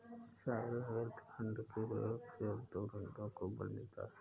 sovereign wealth fund के प्रयोग से उद्योग धंधों को बल मिलता है